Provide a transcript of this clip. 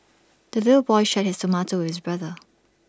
the little boy shared his tomato with brother